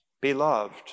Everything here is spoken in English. beloved